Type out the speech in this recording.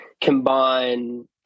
combine